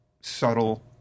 subtle